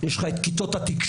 יש לך את כיתות התקשורת,